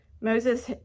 Moses